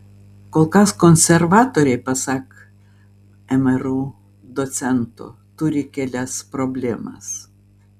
kol kas konservatoriai pasak mru docento turi kelias problemas